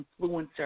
influencer